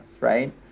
right